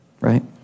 right